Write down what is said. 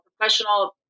professional